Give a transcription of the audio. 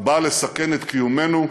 הבא לסכן את קיומנו,